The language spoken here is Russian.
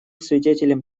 свидетелем